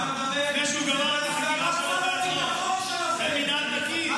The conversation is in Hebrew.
אתם רוצים להפוך אותנו למדינה שנשלטת בידי חבורה של הזויים.